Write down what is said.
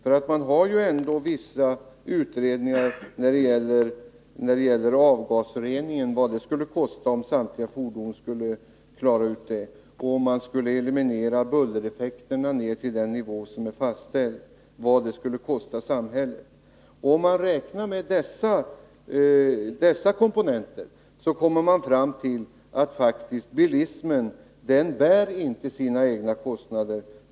Det har gjorts vissa utredningar om vad det skulle kosta ifall samtliga fordon skulle klara krav på avgasrening, likaså vad det skulle kosta samhället att eliminera bullereffekterna ner till den nivå som är fastställd. Om man räknar med dessa komponenter, kommer man fram till att bilismen faktiskt inte bär sina egna kostnader.